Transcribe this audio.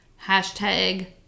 Hashtag